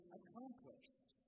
accomplished